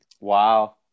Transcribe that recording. Wow